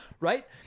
right